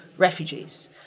Refugees